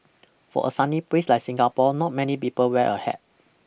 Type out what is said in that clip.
for a sunny place like Singapore not many people wear a hat